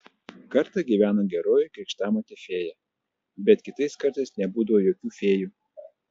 kartą gyveno geroji krikštamotė fėja bet kitais kartais nebūdavo jokių fėjų